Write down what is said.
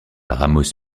ramos